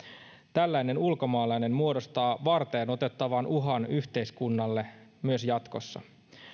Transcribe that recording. tällainen ulkomaalainen muodostaa varteenotettavan uhan yhteiskunnalle myös jatkossa